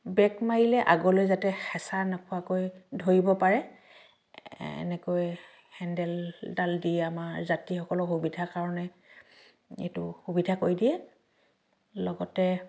brake মাৰিলে আগলৈ যাতে হেঁচা নোখোৱাকৈ ধৰিব পাৰে এনেকৈ হেণ্ডেলডাল দি আমাৰ যাত্ৰীসকলৰ সুবিধাৰ কাৰণে এইটো সুবিধা কৰি দিয়ে লগতে